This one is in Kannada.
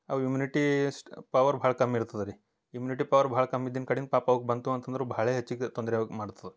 ಅವು ಇಮ್ಯೂನಿಟೀ ಎಷ್ಟು ಪವರ್ ಭಾಳ ಕಮ್ಮಿ ಇರ್ತದ ರೀ ಇಮ್ಯೂನಿಟಿ ಪವರ್ ಭಾಳ ಕಮ್ಮಿ ಇದ್ದಿನಿ ಕಡಿಂದ ಪಾಪ ಅವುಕ್ಕ ಬಂತು ಅಂತಂದ್ರ ಭಾಳ ಹೆಚ್ಚಿಗೆ ತೊಂದರೆ ಅವ್ಕ ಮಾಡ್ತದೆ